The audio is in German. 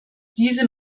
diese